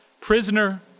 prisoner